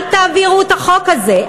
אל תעבירו את החוק הזה,